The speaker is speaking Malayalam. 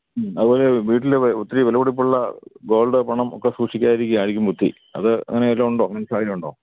അതുപോലെ വീട്ടിൽ ഒത്തിരി വിലപിടിപ്പുള്ള ഗോൾഡോ പണം ഒക്കെ സൂക്ഷിക്കാതിരിക്കുകയായിരിക്കും ബുദ്ധി അത് അങ്ങനെ വല്ലതുമുണ്ടോ അങ്ങനെ സാഹചര്യമുണ്ടോ